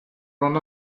run